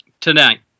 tonight